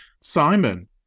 Simon